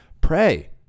Pray